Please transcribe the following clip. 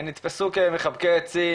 נתפסו כמחבקי עצים,